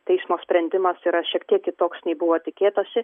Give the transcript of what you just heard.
teismo sprendimas yra šiek tiek kitoks nei buvo tikėtasi